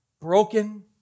broken